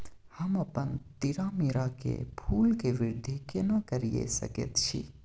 हम अपन तीरामीरा के फूल के वृद्धि केना करिये सकेत छी?